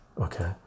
okay